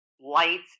lights